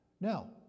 Now